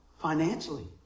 financially